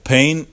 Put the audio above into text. Pain